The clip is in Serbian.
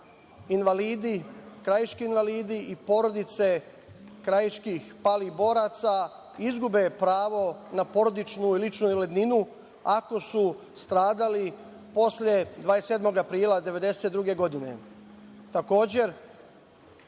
invalidi, krajiški invalidi, porodice krajiških palih boraca izgube pravo na porodičnu i ličnu invalidninu ako su stradali posle 27. aprila 1992. godine.